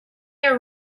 your